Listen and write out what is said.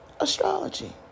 astrology